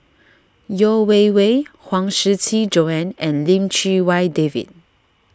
Yeo Wei Wei Huang Shiqi Joan and Lim Chee Wai David